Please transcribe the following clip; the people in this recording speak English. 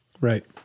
Right